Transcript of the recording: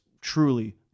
truly